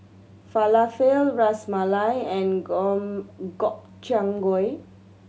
Falafel Ras Malai and Gobchang Gui